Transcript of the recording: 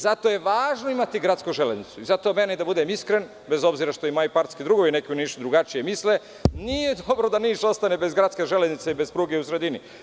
Zato je važno imati gradsku železnicu i zato što meni, da budem iskren, bez obzira što moji partijski drugovi drugačije misle, nije dobro da Niš ostane bez gradske železnice i bez pruge u sredini.